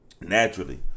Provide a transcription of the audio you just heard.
naturally